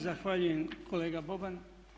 Zahvaljujem kolega Boban.